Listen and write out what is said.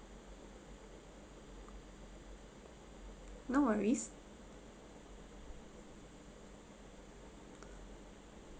no worries